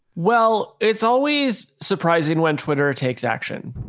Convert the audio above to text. well, it's always surprising when twitter takes action.